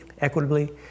equitably